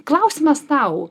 klausimas tau